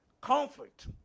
conflict